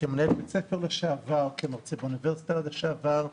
כמנהל בית ספר לשעבר, כמרצה באוניברסיטה לשעבר,